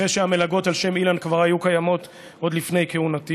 אחרי שהמלגות על שם אילן כבר היו קיימות עוד לפני כהונתי.